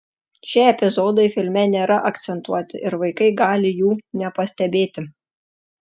šie epizodai filme nėra akcentuoti ir vaikai gali jų nepastebėti